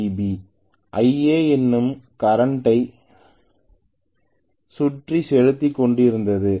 Eb Ia என்னும் கரண்டை சுற்றி செலுத்திக் கொண்டிருந்தது